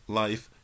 life